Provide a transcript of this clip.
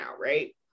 right